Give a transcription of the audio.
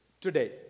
today